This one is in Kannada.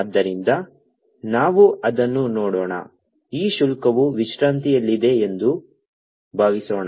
ಆದ್ದರಿಂದ ನಾವು ಅದನ್ನು ನೋಡೋಣ ಈ ಶುಲ್ಕವು ವಿಶ್ರಾಂತಿಯಲ್ಲಿದೆ ಎಂದು ಭಾವಿಸೋಣ